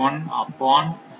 01 up on 0